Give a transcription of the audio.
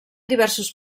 diversos